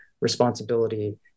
responsibility